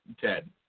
Ted